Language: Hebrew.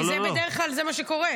כי זה בדרך כלל מה שקורה.